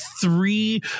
three